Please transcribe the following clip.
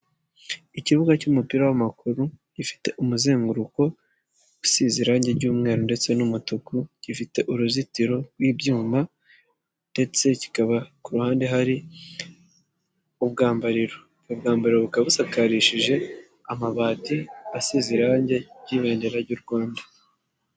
Ikibuga cy'umupira w'amaguru gifite umuzenguruko usize irangi ry'umweru ndetse n'umutuku, gifite uruzitiro rw'ibyuma ndetse kikaba ku ruhande hari ubwambariro, ubwo bwambariro bukaba busakarishije amabati asize irangi ry'ibendera ry'u Rwanda.